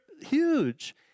huge